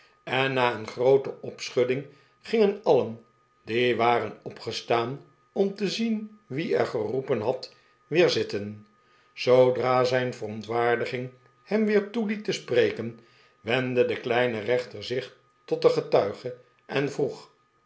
en na een groote opschudding gingen alien die waren opgestaan om te zien wie er geroepen had weer zitten zoodra zijn verontwaardiging hem weer toeliet te spreken wendde de kleine rechter zich tot den getuige en vroeg